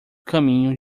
caminho